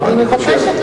אני מבקשת,